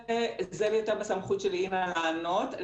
זה יותר בסמכות של אינה לענות.